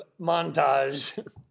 montage